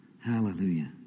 Hallelujah